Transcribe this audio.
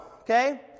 okay